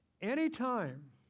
Anytime